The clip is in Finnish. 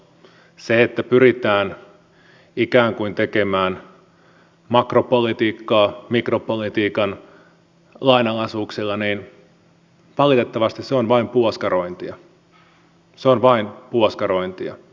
se että pyritään ikään kuin tekemään makropolitiikkaa mikropolitiikan lainalaisuuksilla on valitettavasti vain puoskarointia se on vain puoskarointia